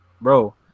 bro